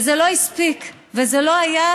וזה לא הספיק, וזה לא היה.